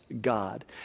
God